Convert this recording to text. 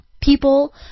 people